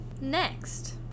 Next